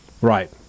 Right